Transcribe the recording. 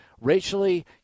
racially